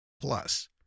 Plus